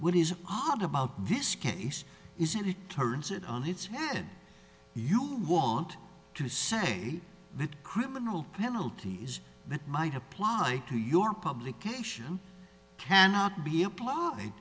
what is odd about this case is it turns it on its head you want to say that criminal penalties that might apply to your publication cannot be applied